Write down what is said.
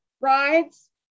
rides